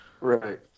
right